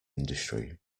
industry